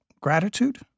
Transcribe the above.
gratitude